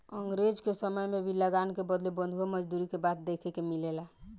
अंग्रेज के समय में भी लगान के बदले बंधुआ मजदूरी के बात देखे के मिलेला